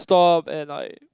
stop and like